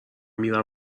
میرم